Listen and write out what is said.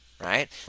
right